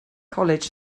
college